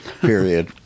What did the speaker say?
period